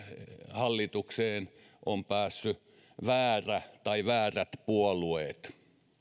hallitukseen on päässyt väärä puolue tai väärät puolueet